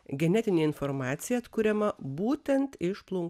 genetinė informacija atkuriama būtent iš plun